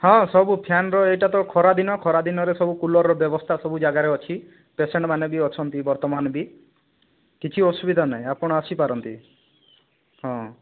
ହଁ ସବୁ ଫ୍ୟାନର ଏଟା ତ ଖରା ଦିନ ଖରା ଦିନରେ ସବୁ କୁଲର୍ର ବ୍ୟବସ୍ଥା ସବୁ ଜାଗାରେ ଅଛି ପେସେଣ୍ଟ ମାନେ ବି ଅଛନ୍ତି ବର୍ତ୍ତମାନ ବି କିଛି ଅସୁବିଧା ନାହିଁ ଆପଣ ଆସିପାରନ୍ତି ହଁ